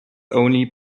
only